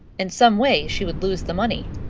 in some way she would lose the money.